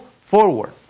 forward